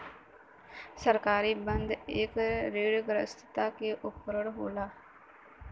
सरकारी बन्ध एक ऋणग्रस्तता के उपकरण होला